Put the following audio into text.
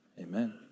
amen